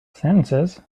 sentences